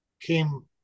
came